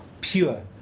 pure